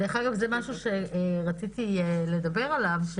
זה משהו שרציתי לדבר עליו.